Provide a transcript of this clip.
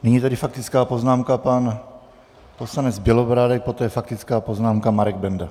Nyní tedy faktická poznámka, pan poslanec Bělobrádek, poté faktická poznámka, Marek Benda.